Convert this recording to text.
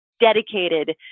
dedicated